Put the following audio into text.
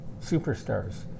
superstars